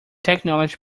technology